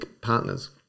partners